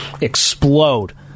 explode